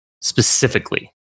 specifically